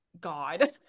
God